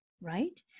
right